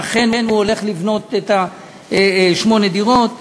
אם אכן הוא הולך לבנות שמונה דירות.